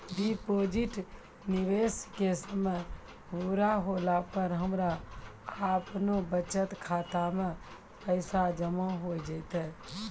Deposit निवेश के समय पूरा होला पर हमरा आपनौ बचत खाता मे पैसा जमा होय जैतै?